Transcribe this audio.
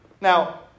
Now